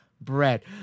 bread